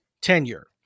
tenure